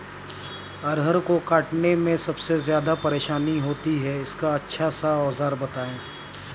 अरहर को काटने में सबसे ज्यादा परेशानी होती है इसका अच्छा सा औजार बताएं?